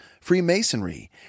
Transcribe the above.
Freemasonry